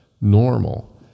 normal